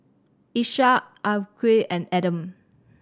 Ishak Afiqah and Adam